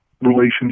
relationship